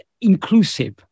inclusive